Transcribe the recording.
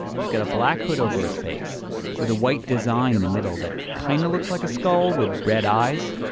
he's got a black hood over his face with a white design the middle that kind of looks like a skull with red eyes.